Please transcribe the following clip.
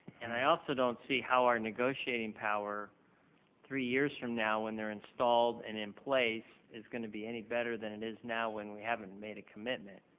and i also don't see how our negotiating power three years from now when they are installed and in placed is going to be any better than it is now when we haven't made the commitment.